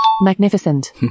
Magnificent